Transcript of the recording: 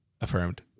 Affirmed